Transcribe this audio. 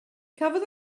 cafodd